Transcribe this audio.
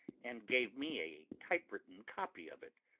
and gave me a typewritten copy of it,